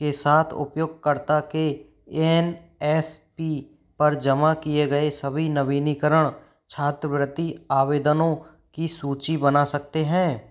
के साथ उपयोगकर्ता के एन एस पी पर जमा किए गए सभी नवीनीकरण छात्रवृति आवेदनों की सूची बना सकते हैं